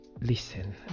Listen